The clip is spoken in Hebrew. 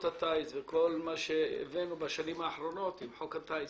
הטיס וכל מה שהבאנו בשנים האחרונות עם חוק הטיס.